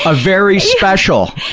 ah very special.